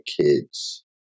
kids